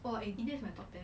!wah! india is my top ten